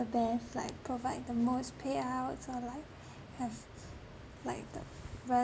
best like provide the most payouts or like have like the